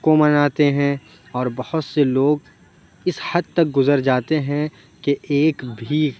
کو مناتے ہیں اور بہت سے لوگ اِس حد تک گُزر جاتے ہیں کہ ایک بھی